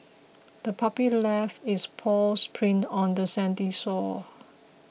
the puppy left its paw prints on the sandy shore